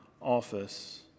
office